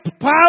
power